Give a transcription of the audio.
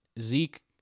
Zeke